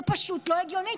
זה פשוט לא הגיוני.